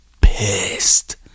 pissed